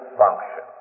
function